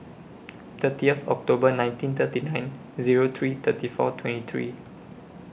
thirtieth October nineteen thirty nine Zero three thirty four twenty three